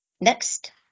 Next